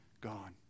gone